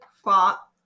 fought